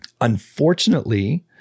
Unfortunately